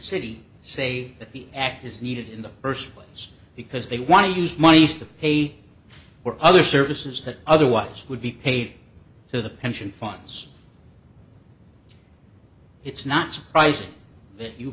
city say that the act is needed in the first phase because they want to use monies to pay for other services that otherwise would be paid to the pension funds it's not surpris